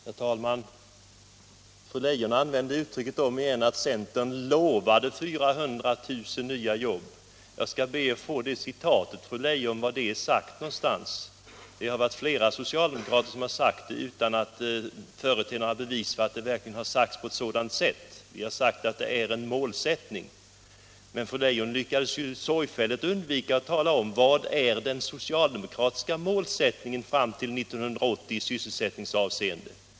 Herr talman! Fru Leijon använde om igen uttrycket att centern lovade 400 000 nya jobb. Jag skall be att få fråga var det citatet kommer ifrån. Flera socialdemokrater har sagt det utan att förete några bevis på att det verkligen har sagts på ett sådant sätt som de gjorde. Centern har sagt att 400 000 nya jobb är en målsättning. Men fru Leijon lyckades sorgfälligt undvika att tala om vilken den socialdemokratiska målsättningen är fram till 1980 i sysselsättningsavseende.